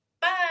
Bye